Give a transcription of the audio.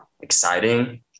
exciting